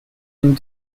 and